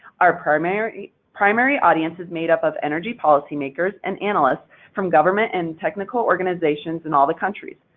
our primary primary audience is made up of energy policymakers and analysts from government and technical organizations in all the countries,